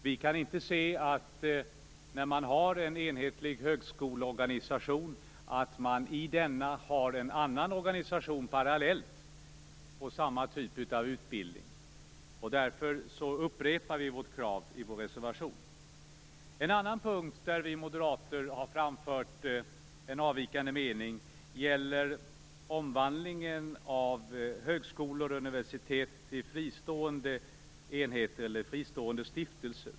Vi kan inte se att man, när man har en enhetlig högskoleorganisation, skall ha en annan organisation parallellt för samma typ av utbildning. Därför upprepar vi vårt krav i vår reservation. Den andra punkt där vi moderater har framfört en avvikande mening gäller omvandlingen av högskolor och universitet till fristående enheter eller fristående stiftelser.